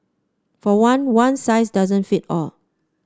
for one one size doesn't fit all